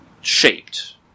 shaped